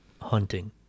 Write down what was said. hunting